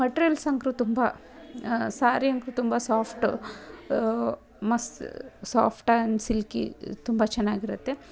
materials ಅಂಕ್ರು ತುಂಬ ಸಾರಿಯಂತೂ ತುಂಬ ಸಾಫ್ಟು ಮಸ್ ಸಾಫ್ಟ್ ಆ್ಯನ್ ಸಿಲ್ಕಿ ತುಂಬ ಚೆನ್ನಾಗಿರತ್ತೆ